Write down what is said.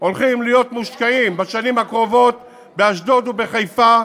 הולכים להיות מושקעים בשנים הקרובות באשדוד ובחיפה,